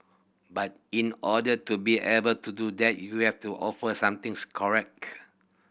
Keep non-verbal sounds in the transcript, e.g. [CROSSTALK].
but in order to be able to do that you have to offer something [UNINTELLIGIBLE]